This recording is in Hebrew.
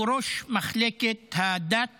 הוא ראש מחלקת הדת